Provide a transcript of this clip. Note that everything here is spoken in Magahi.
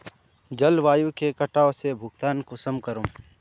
जलवायु के कटाव से भुगतान कुंसम करूम?